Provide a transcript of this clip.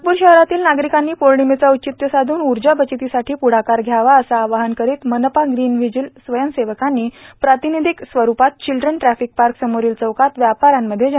नागपूर शहरातील नागरिकांनी पौर्णिमेचं औचित्य साधून ऊर्जा बचतीसाठी पुढाकार घ्यावा असं आवाहन करीत मनपा ग्रीन व्हिजीलच्या स्वयंसेवकांनी प्रातिनिधिक स्वरूपात चिल्ड्रेन ट्राफिक पार्क समोरील चौकात व्यापाऱ्यांमध्ये जनजागृती केली